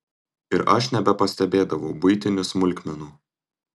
ir aš nebepastebėdavau buitinių smulkmenų